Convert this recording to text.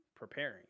Preparing